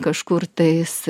kažkur tais